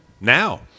now